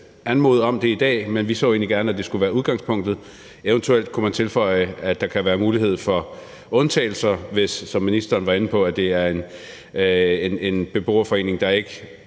anmode om det, men vi så egentlig gerne, at det skulle være udgangspunktet. Man kunne eventuelt tilføje, at der kan være mulighed for undtagelse, hvis det, som ministeren var inde på, er en beboerforening, der af